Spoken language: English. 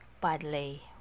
badly